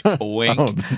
wink